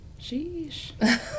Sheesh